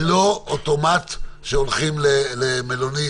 בסופו של דבר היא לא שאלה שבאים מחו"ל הולכים אוטומטית למלונית.